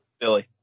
Billy